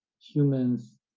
humans